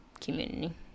community